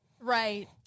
Right